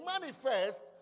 manifest